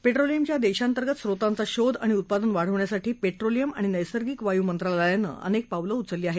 पेट्रोलियमच्या देशांतर्गंत स्रोतांचा शोध अणि उत्पादन वाढवण्यासाठी पेट्रोलियम आणि नस्तिगिक वायूंत्रालयानं अनेक पावलं उचलली आहेत